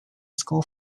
school